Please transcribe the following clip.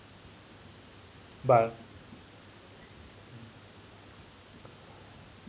but